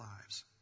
lives